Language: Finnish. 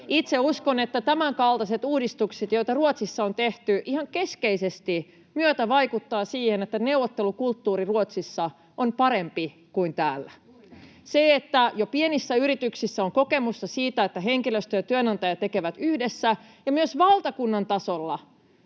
Itse uskon, että tämänkaltaiset uudistukset, joita Ruotsissa on tehty, ihan keskeisesti myötävaikuttavat siihen, että neuvottelukulttuuri Ruotsissa on parempi kuin täällä. Jo pienissä yrityksissä on kokemusta siitä, että henkilöstö ja työnantaja tekevät yhdessä, ja myös valtakunnan tasolla